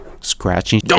scratching